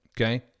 Okay